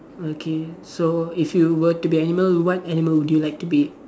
okay so if you were to be an animal what animal would you like to be